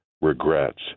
regrets